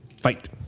Fight